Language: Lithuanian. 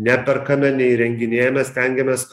neperkame neįrenginėjame stengiamės